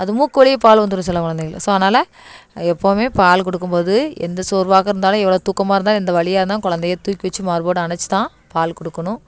அது மூக்குவழிய பால் வந்துடும் சில குழந்தைகளுக்கு ஸோ அதனால அது எப்பவுமே பால் கொடுக்கும் போது எந்த சோர்வாக இருந்தாலும் எவ்வளோ தூக்கமாக இருந்தாலும் எந்த வலியாக இருந்தாலும் குழந்தைய தூக்கி வச்சு மார்போடு அணத்துத்தான் பால் கொடுக்கணும்